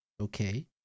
Okay